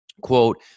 quote